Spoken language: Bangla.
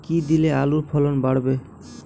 কী দিলে আলুর ফলন বাড়বে?